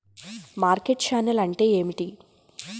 Market channel అంటే ఏమిటి?